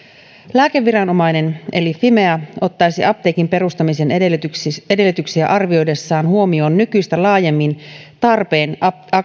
lääkeviranomainen eli fimea ottaisi apteekin perustamisen edellytyksiä edellytyksiä arvioidessaan huomioon nykyistä laajemmin tarpeen